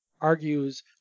argues